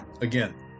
again